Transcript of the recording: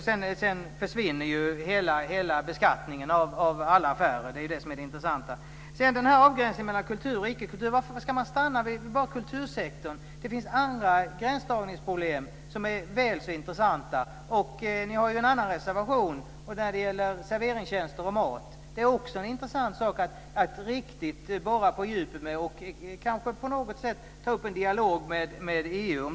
Sedan försvinner ju hela beskattningen av alla affärer. Det är det som är det intressanta. När det gäller avgränsningen mellan kultur och icke-kultur, varför ska man stanna bara vid kultursektorn? Det finns andra gränsdragningsproblem som är väl så intressanta. Ni har ju en annan reservation om serveringstjänster och mat, och det är också intressant att borra på djupet i den frågan och kanske ta upp en dialog med EU.